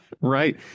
Right